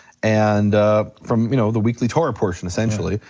and from you know the weekly torah portion essentially,